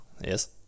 Yes